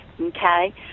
Okay